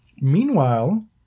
Meanwhile